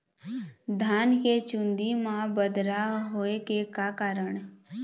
धान के चुन्दी मा बदरा होय के का कारण?